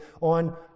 on